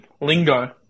lingo